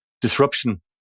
disruption